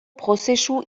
prozesu